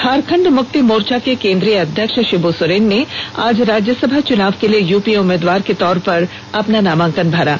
झारखंड मुक्ति मोर्चा के केंद्रीय अध्यक्ष षिंबू सोरेन ने आज राज्यसभा चुनाव के लिए यूपीए उम्मीदवार के तौर पर अपना नामांकन पत्र दाखिल किया